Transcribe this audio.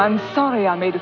i'm sorry i made